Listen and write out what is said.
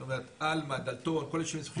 זאת אומרת, עלמה, דלתון, כל הישובים.